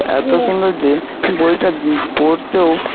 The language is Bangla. এত সুন্দর যে বইটা পড়তেও